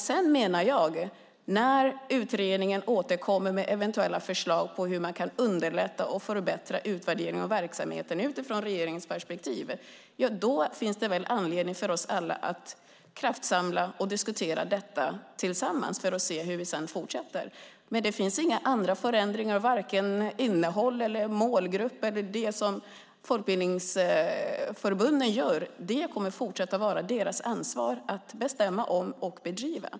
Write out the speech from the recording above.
Jag menar att när utredningen återkommer med eventuella förslag på hur man kan underlätta och förbättra utvärderingen av verksamheten utifrån regeringens perspektiv finns anledning för oss alla att kraftsamla och diskutera detta tillsammans för att se hur vi sedan fortsätter. Det finns inga andra förändringar av innehåll, målgrupp eller vad folkbildningsförbunden ska göra. Det kommer att fortsätta att vara deras ansvar att bestämma om och bedriva.